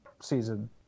season